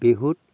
বিহুত